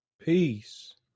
Peace